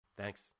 Thanks